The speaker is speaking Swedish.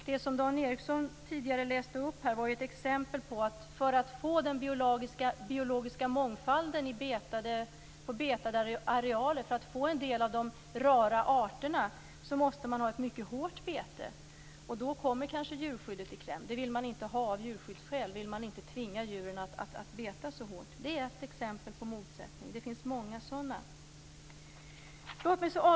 Det som Dan Ericsson tidigare läste upp var ett exempel på att för att få den biologiska mångfalden på betade arealer, för att få en del av de rara arterna, måste man ha ett mycket hårt bete. Då kommer kanske djurskyddet i kläm. Det vill man inte ha av djurskyddsskäl. Man vill inte tvinga djuren att beta så hårt. Det är ett exempel på motsättning. Det finns många sådana.